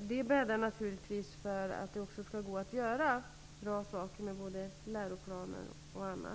Det bäddar naturligtvis för att det skall gå att göra bra saker med hjälp av bl.a. läroplaner.